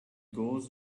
goes